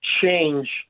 change